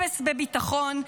אפס בביטחון,